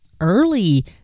early